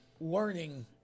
learning